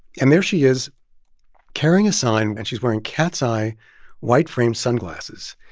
and there she is carrying a sign, and she's wearing cat's eye white-framed sunglasses.